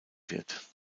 wird